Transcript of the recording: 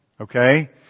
Okay